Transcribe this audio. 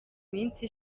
minsi